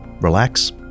Relax